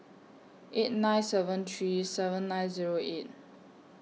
eight nine seven three seven nine Zero eight